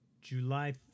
july